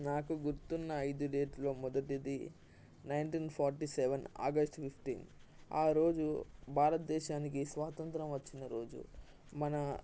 నాకు గుర్తున్న ఐదు డేట్లు మొదటిది nineteen forty seven August fifteen ఆరోజు భారతదేశానికి స్వాతంత్రం వచ్చిన రోజు మన